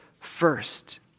first